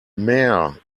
mare